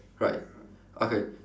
right okay